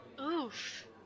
Oof